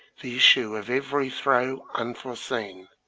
the issue of every throw unforeseen.